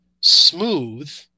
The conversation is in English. smooth